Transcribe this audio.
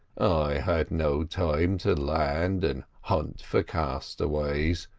i had no time to land and hunt for castaways,